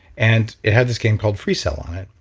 and it had this game called freecell on it,